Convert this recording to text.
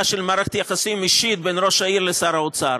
של מערכת יחסים אישית בין ראש העיר לשר האוצר.